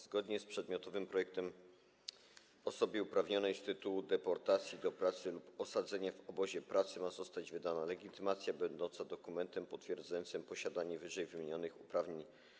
Zgodnie z przedmiotowym projektem osobie uprawnionej z tytułu deportacji do pracy lub osadzenia w obozie pracy ma zostać wydana legitymacja, która będzie dokumentem potwierdzającym posiadanie ww. uprawnień.